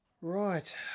Right